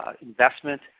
investment